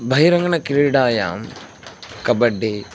बहिरङ्गनक्रीडायां kabaddi